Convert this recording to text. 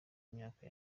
myaka